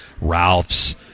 Ralph's